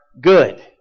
good